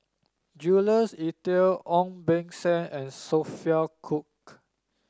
Jules Itier Ong Beng Seng and Sophia Cooke